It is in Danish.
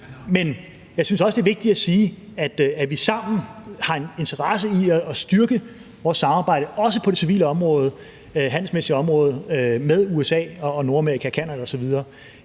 Men jeg synes også, det er vigtigt at sige, at vi sammen har en interesse i at styrke vores samarbejde, også på det civile, handelsmæssige område med USA og Nordamerika og Canada osv.